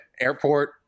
airport